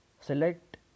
select